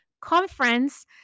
conference